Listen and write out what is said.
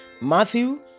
Matthew